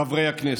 חברי הכנסת,